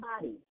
body